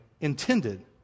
intended